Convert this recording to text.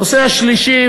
הנושא השלישי,